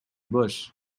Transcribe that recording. bush